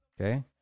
okay